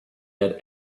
had